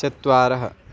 चत्वारः